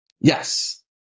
Yes